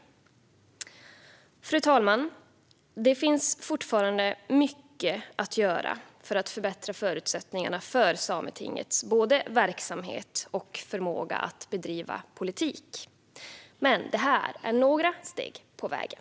Fru talman! Det finns fortfarande mycket att göra för att förbättra förutsättningarna för Sametingets verksamhet och dess förmåga att bedriva politik, men detta är några steg på vägen.